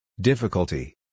Difficulty